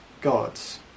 God's